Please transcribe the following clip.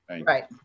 Right